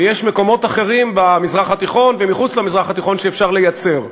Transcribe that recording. ויש מקומות אחרים במזרח התיכון ומחוץ למזרח התיכון שאפשר לייצר שם.